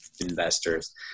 investors